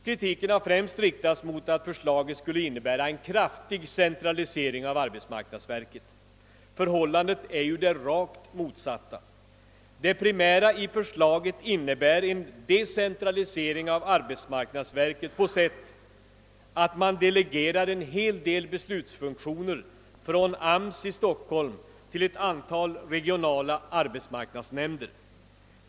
Kritiken har främst riktats mot att förslaget skulle innebära en kraftig centralisering av arbetsmarknadsverket. Förhållandet är det rakt motsatta. Det primära i förslaget innebär en decentralisering av arbetsmarknadsverket på så sätt att man delegerar en hel del be slutsfunktioner från arbetsmarknadsstyrelsen i Stockholm till ett antal regionala arbetsmarknadsnämnder.